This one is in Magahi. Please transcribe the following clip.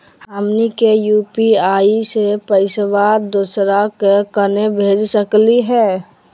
हमनी के यू.पी.आई स पैसवा दोसरा क केना भेज सकली हे?